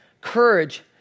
Courage